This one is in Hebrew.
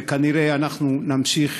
וכנראה אנחנו נמשיך